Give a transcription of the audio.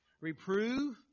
Reprove